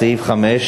סעיף 5,